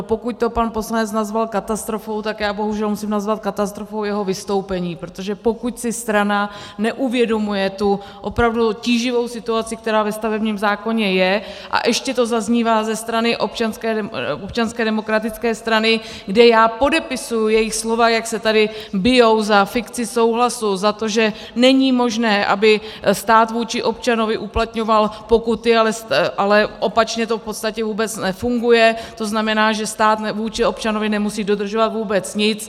Pokud to pan poslanec nazval katastrofou, tak já bohužel musím nazvat katastrofou jeho vystoupení, protože pokud si strana neuvědomuje tu opravdu tíživou situaci, která ve stavebním zákoně je, a ještě to zaznívá ze strany Občanské demokratické strany, kde já podepisuji jejich slova, jak se tady bijí za fikci souhlasu, za to, že není možné, aby stát vůči občanovi uplatňoval pokuty, ale opačně to v podstatě vůbec nefunguje, to znamená, že stát vůči občanovi nemusí dodržovat vůbec nic.